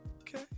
Okay